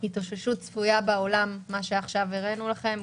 התאוששות צפויה בעולם מה שעכשיו הראינו לכם,